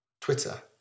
Twitter